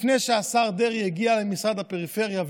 לפני שהשר דרעי הגיע למשרד הפריפריה,